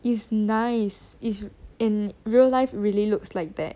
it's nice it's in real life really looks like that